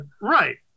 right